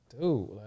dude